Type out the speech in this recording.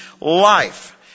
life